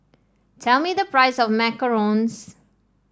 tell me the price of Macarons